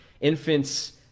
Infants